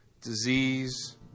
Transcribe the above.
Disease